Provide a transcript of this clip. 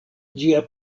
ĝia